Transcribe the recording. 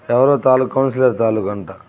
ఎవరో తాలూకా కౌన్సిలర్ తాలుకంటా